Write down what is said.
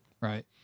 Right